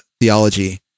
theology